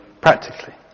practically